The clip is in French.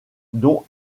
dont